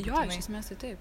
jo iš esmės tai taip